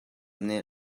nih